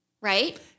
Right